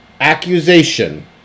accusation